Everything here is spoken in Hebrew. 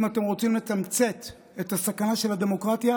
אם אתם רוצים לתמצת את הסכנה של הדמוקרטיה,